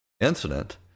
incident